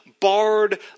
barred